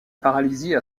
paralysie